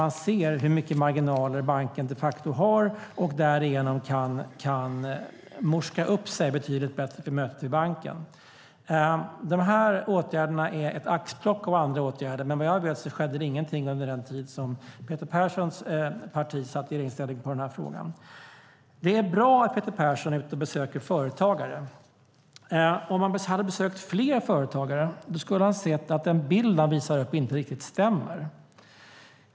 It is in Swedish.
Man ser hur stora marginaler banken de facto har och kan därigenom morska upp sig betydligt bättre inför mötet med banken. Vad jag vet skedde det ingenting i den här frågan under den tid då Peter Perssons parti satt i regeringsställning. Det är bra att Peter Persson är ute och besöker företagare.